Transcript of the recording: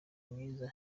myiza